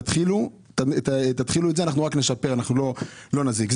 תתחילו את זה ואנחנו רק נשפר ולא נזיק.